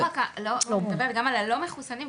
אני מדברת גם על הלא מחוסנים,